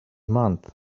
month